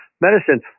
medicine